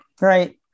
Right